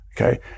okay